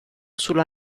sulla